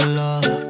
love